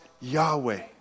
Yahweh